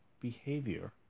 behavior